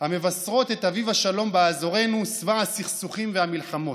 המבשרות את אביב השלום באזורנו שבע הסכסוכים והמלחמות.